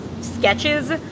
sketches